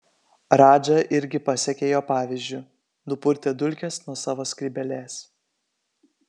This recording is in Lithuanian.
radža irgi pasekė jo pavyzdžiu nupurtė dulkes nuo savo skrybėlės